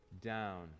down